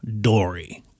dory